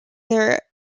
their